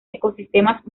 ecosistemas